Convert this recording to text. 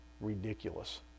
ridiculous